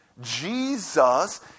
Jesus